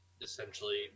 essentially